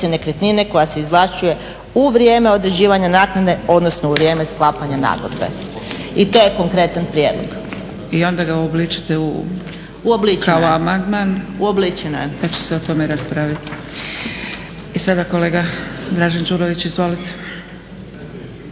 nekretnine koja se izvlašćuje u vrijeme određivanja naknade, odnosno u vrijeme sklapanja nagodbe. I to je konkretan prijedlog. **Zgrebec, Dragica (SDP)** I onda ga uobličite kao amandman … …/Upadica Škare-Ožbolt: Uobličeno je./… … pa će se o tome raspraviti. I sada kolega Dražen Đurović, izvolite.